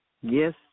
Yes